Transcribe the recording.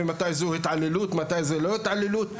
מתי זו התעללות ומתי זו לא התעללות.